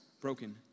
broken